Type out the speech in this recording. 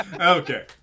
Okay